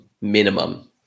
minimum